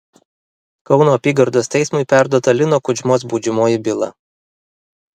kauno apygardos teismui perduota lino kudžmos baudžiamoji byla